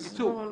בקיצור,